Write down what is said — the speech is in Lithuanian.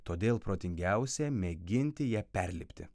todėl protingiausia mėginti ją perlipti